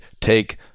take